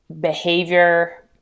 behavior